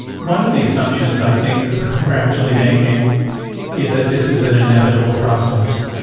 one of the assumptions i think we are actually making is that this is an inevitable process.